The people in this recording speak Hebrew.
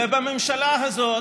ובממשלה הזאת,